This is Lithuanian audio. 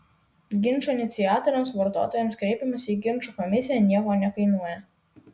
ginčo iniciatoriams vartotojams kreipimasis į ginčų komisiją nieko nekainuoja